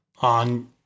on